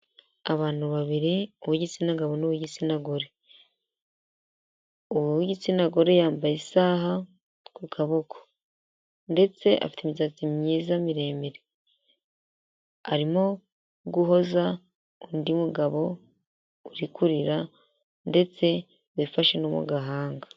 Abantu babiri uw'igitsina gabo n'uw'igitsina gore, uw'igitsina gore yambaye isaha ku kaboko ndetse afite imisatsi myiza miremire, arimo guhoza undi mugabo uri kurira ndetse wifashe no mu gahanga.